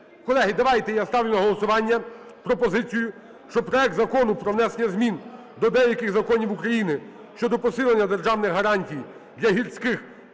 Колеги, давайте, я ставлю на голосування пропозицію, що проект Закону про внесення змін до деяких законів України щодо посилення державних гарантій для гірських